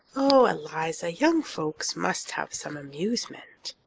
oh, eliza, young folks must have some amusement,